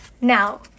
now